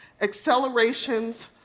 accelerations